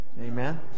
amen